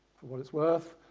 what it's worth.